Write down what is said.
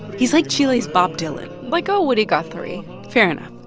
he's like chile's bob dylan like a woody guthrie fair enough